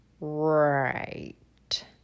Right